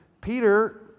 Peter